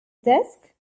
desk